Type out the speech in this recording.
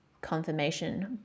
confirmation